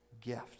gift